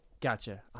Gotcha